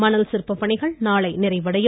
மணல் சிற்ப பணிகள் நாளை நிறைவடையும்